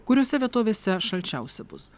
kuriose vietovėse šalčiausia bus